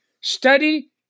Study